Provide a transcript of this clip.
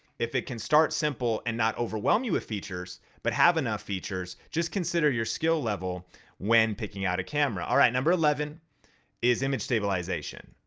if it can start simple and not overwhelm you with features but have enough features, just consider your skill level when picking out a camera. all right number eleven is image stabilization.